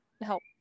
help